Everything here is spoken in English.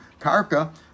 Karka